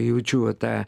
jaučiu va tą